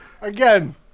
Again